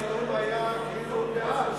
בנאום היה כאילו הוא בעד.